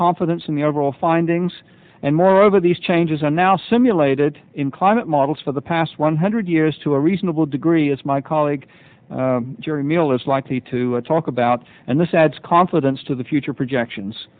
confidence in the overall findings and moreover these changes are now simulated in climate for the past one hundred years to a reasonable degree as my colleague during neal is likely to talk about and this adds confidence to the future projections